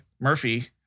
Murphy